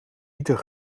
liter